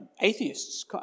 atheists